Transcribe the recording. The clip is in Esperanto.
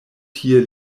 tie